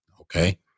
okay